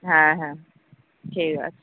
হ্যাঁ হ্যাঁ ঠিক আছে